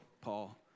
Paul